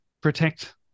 protect